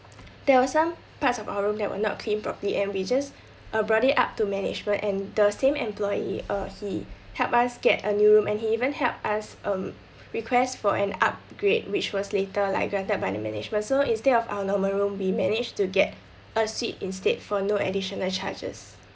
there were some parts of our room that were not cleaned properly and we just uh brought it up to management and the same employee uh he helped us get a new room and he even helped us um request for an upgrade which was later like granted by the management so instead of our normal room we managed to get a suite instead for no additional charges